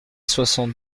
soixante